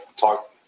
talk